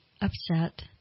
upset